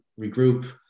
regroup